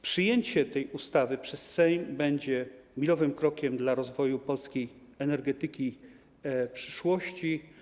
Przyjęcie tej ustawy przez Sejm będzie milowym krokiem dla rozwoju polskiej energetyki przyszłości.